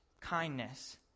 kindness